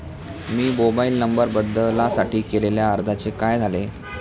मी mobile number बदलासाठी केलेल्या अर्जाचे काय झाले?